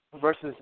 versus